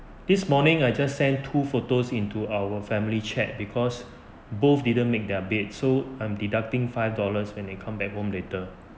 this morning I just sent two photos into our family chat because both didn't make their bed so I'm deducting five dollars when they come back home later